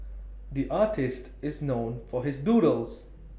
the artist is known for his doodles